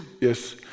yes